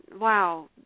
wow